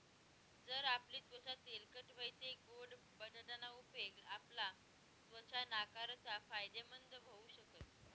जर आपली त्वचा तेलकट व्हयी तै गोड बटाटा ना उपेग आपला त्वचा नाकारता फायदेमंद व्हऊ शकस